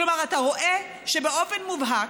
כלומר אתה רואה שבאופן מובהק,